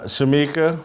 Shamika